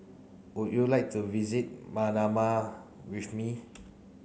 would you like to visit Manama with me